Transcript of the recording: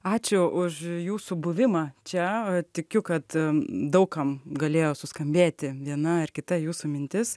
ačiū už jūsų buvimą čia a tikiu kad daug kam galėjo suskambėti viena ar kita jūsų mintis